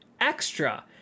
Extra